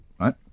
right